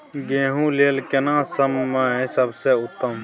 गेहूँ लेल केना समय सबसे उत्तम?